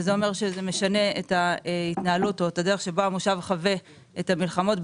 זה אומר שזה משנה את ההתנהגות או את הדרך שבה המושב חווה את המלחמות,